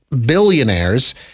billionaires